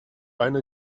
eine